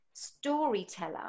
storyteller